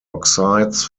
oxides